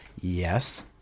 Yes